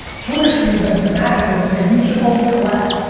twitter streams that have been mad at me that say you should only collect.